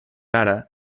ara